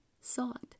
sought